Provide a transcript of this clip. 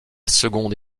seconde